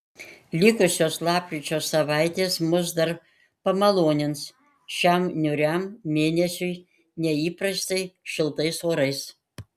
likusios lapkričio savaitės mus dar pamalonins šiam niūriam mėnesiui neįprastai šiltais orais